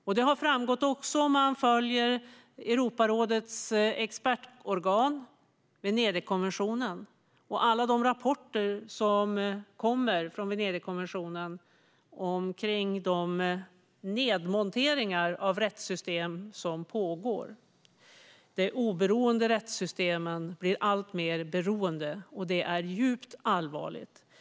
Det har också framgått om man följer Europarådets expertorgan, Venedigkommissionen, och alla de rapporter som kommer från dem kring de nedmonteringar av rättssystem som pågår. De oberoende rättssystemen blir alltmer beroende, och det är djupt allvarligt.